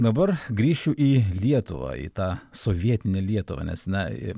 dabar grįšiu į lietuvą į tą sovietinę lietuvą nes na